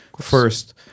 first